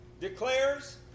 declares